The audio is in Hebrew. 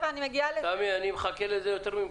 אני מחכה לזה יותר ממך.